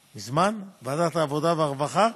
מזמן, בוועדת העבודה והרווחה.